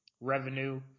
revenue